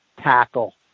tackle